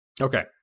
Okay